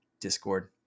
discord